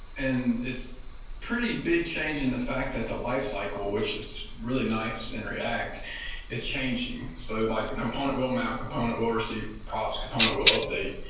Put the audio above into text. and pretty big change in the fact that the lifecycle, which is really nice in react is changing. so like the component will mount, component will receive props, component will update,